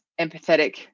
empathetic